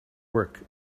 work